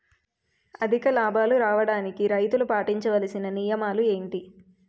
అధిక లాభాలు రావడానికి రైతులు పాటించవలిసిన నియమాలు ఏంటి